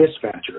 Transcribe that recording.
dispatcher